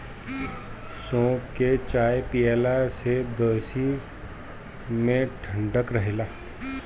सौंफ के चाय पियला से देहि में ठंडक रहेला